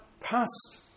past